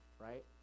right